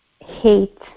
hate